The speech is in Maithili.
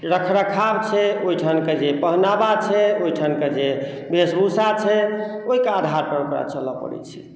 रखरखाव छै ओहिठामके जे पहनावा छै ओहिठाम के जे भेष भूसा छै ओहिके आधार पर ओकरा चलऽ पड़ैत छै